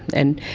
and